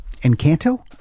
Encanto